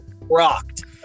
rocked